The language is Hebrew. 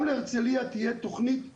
גם בהרצליה תהיה תכנית מלאה.